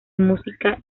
música